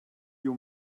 you